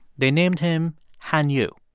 they named him han yu.